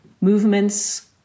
movements